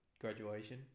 graduation